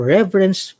Reverence